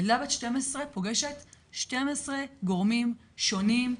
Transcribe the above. ילדה בת 12 פוגשת 12 גורמים שונים,